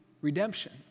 redemption